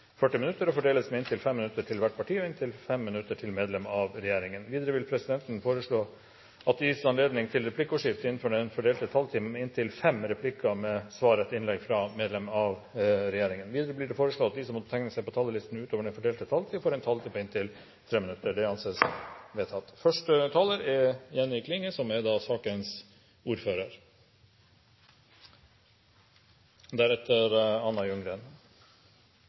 40 minutter og fordeles med inntil 5 minutter til hvert parti og inntil 5 minutter til medlem av regjeringen. Videre vil presidenten foreslå at det gis anledning til replikkordskifte på inntil fem replikker med svar etter innlegg fra medlem av regjeringen innenfor den fordelte taletid. Videre blir det foreslått at de som måtte tegne seg på talerlisten utover den fordelte taletid, får en taletid på inntil 3 minutter. – Det anses vedtatt. Av alle tema vi debatterer her i Stortinget, er seksuelle overgrep eitt av dei alvorlegaste og eitt av dei som